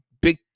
big